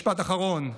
משפט אחרון,